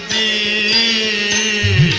a